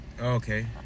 Okay